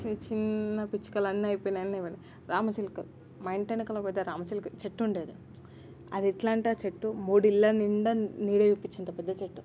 చిన్నచిన్న పిచ్చుకలన్నీ అయిపోయినాయి అన్నీ నెమలి రామచిలుకలు మా ఇంటి వెనకాల పెద్ద రామచిలుక చెట్టు ఉండేది అది ఎట్లా అంటే ఆ చెట్టు మూడు ఇళ్ళ నిండా నీడని ఇప్పించేంత పెద్దచెట్టు